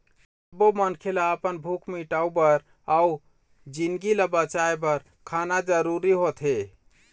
सब्बो मनखे ल अपन भूख मिटाउ बर अउ जिनगी ल बचाए बर खाना जरूरी होथे